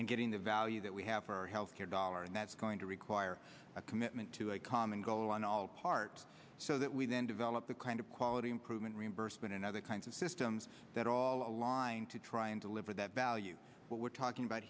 and getting the value that we have for our health care dollar and that's going to require a commitment to a common goal on all part so that we then develop the kind of quality improvement reimbursement and other kinds of systems that all align to try and deliver that value what we're talking about